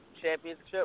Championship